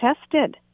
tested